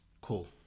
Cool